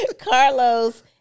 Carlos